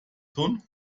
tun